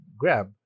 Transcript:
grab